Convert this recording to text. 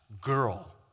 girl